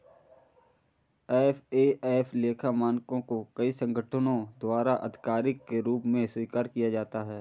FAF लेखा मानकों को कई संगठनों द्वारा आधिकारिक के रूप में स्वीकार किया जाता है